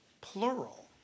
plural